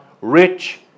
rich